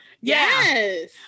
yes